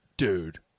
Dude